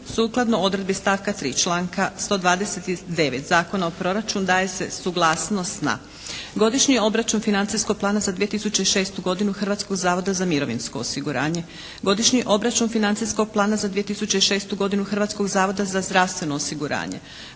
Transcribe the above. Sukladno odredbi stavka 3. članka 129. Zakona o proračun daje se suglasnost na: Godišnji obračun financijskog plana za 2006. godinu Hrvatskog zavoda za mirovinsko osiguranje, Godišnji obračun financijskog plana za 2006. godinu Hrvatskog zavoda za zdravstveno osiguranje,